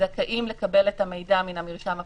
זכאים לקבל את המידע מן המרשם הפלילי.